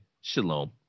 shalom